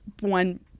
one